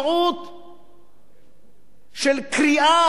של קריאה של גוף כזה או אחר,